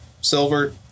silver